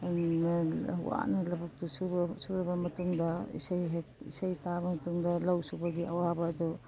ꯋꯥꯅ ꯂꯧꯕꯨꯛꯇ ꯁꯨꯔꯕ ꯃꯇꯨꯡꯗ ꯏꯁꯩ ꯍꯦꯛ ꯏꯁꯩ ꯇꯥꯕ ꯃꯇꯨꯡꯗ ꯂꯧ ꯁꯨꯕꯒꯤ ꯑꯋꯥꯕ ꯑꯗꯨ